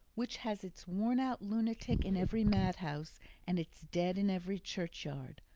which has its worn-out lunatic in every madhouse and its dead in every churchyard,